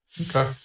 Okay